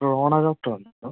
ഒരു ഓൺലൈനിൽ നിന്ന്